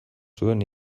zuen